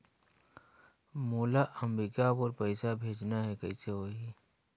मोला अम्बिकापुर पइसा भेजना है, कइसे होही?